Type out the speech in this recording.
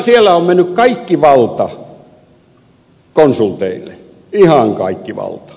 siellä on mennyt kaikki valta konsulteille ihan kaikki valta